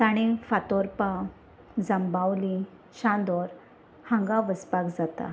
तांणें फातर्पें जांबावली चांदर हांगा वचपाक जाता